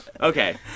Okay